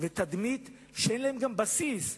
ולתדמית שאין להם בסיס.